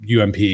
UMP